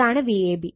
ഇതാണ് Vab